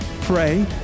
pray